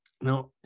Now